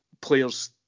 players